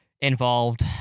involved